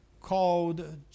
called